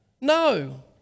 No